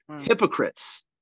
Hypocrites